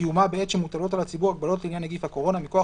וקיומה בעת שמוטלות על הציבור הגבלות לעניין נגיף הקורונה מכוח